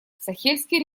сахельский